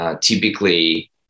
typically